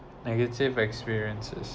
negative experiences